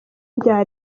bya